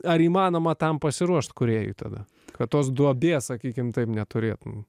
ar įmanoma tam pasiruošt kūrėjui tada kad tos duobės sakykim taip neturėtum